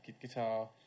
guitar